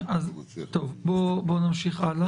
בוא נמשיך הלאה.